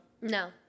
No